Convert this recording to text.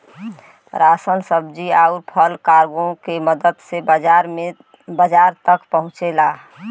ration सब्जी आउर फल कार्गो के मदद से बाजार तक पहुंचला